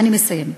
אני מסיימת.